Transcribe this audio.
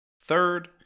Third